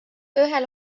ühel